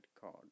card